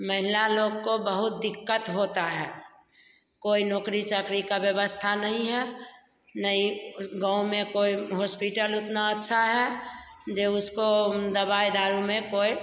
महिला लोग को बहुत दिक्कत होती है कोई नौकरी चाकरी की व्यवस्था नहीं है न ही गाँव में कोई हॉस्पिटल उतना अच्छा है जो उसको दवाई दारू में कोई